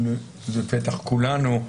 זה פתח כולנו,